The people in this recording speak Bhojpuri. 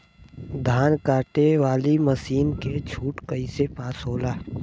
धान कांटेवाली मासिन के छूट कईसे पास होला?